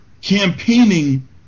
campaigning